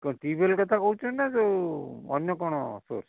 କ'ଣ ଟିୱେଲ୍ କଥା କହୁଛନ୍ତି ନାଁ ଯେଉଁ ଅନ୍ୟ କ'ଣ ସୋର୍ସ୍